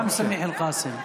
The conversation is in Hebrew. גם סמיח אל-קאסם.